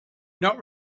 not